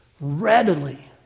readily